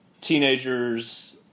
teenagers